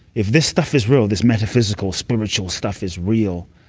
if this stuff is real, this metaphysical spiritual stuff is real,